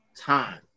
Time